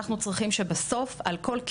אנחנו צריכים שבסוף בכל היחידות,